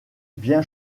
bien